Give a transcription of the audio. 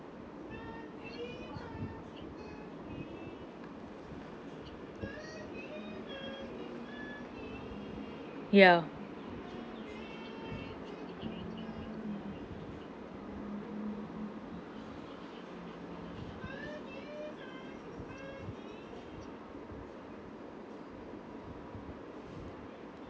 ya